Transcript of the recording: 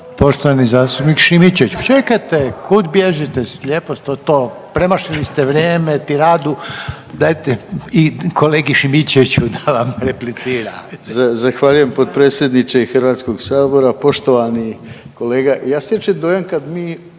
Poštovani zastupnik Šimičević. Čekajte, kud bježite, lijepo ste to, premašili ste vrijeme, tiradu, dajte i kolegi Šimićeviću da vam replicira. **Šimičević, Rade (HDZ)** Zahvaljujem potpredsjedniče Hrvatskog sabora. Poštovani kolega